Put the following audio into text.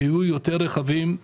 שיהיו יותר רכבים,